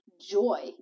joy